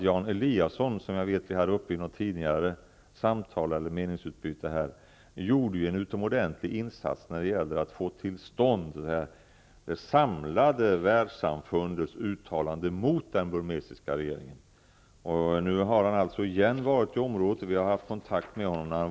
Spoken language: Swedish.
Jan Eliasson gjorde ju -- som nämndes i ett tidigare meningsutbyte -- en utomordentlig insats när det gällde att få till stånd det samlade världssamfundets uttalande mot den burmesiska regeringen. Nu har han alltså på nytt varit i området, och vi har haft kontakt med honom.